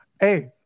Hey